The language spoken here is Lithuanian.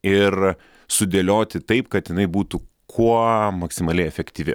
ir sudėlioti taip kad jinai būtų kuo maksimaliai efektyvi